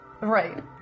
Right